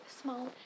small